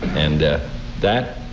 and that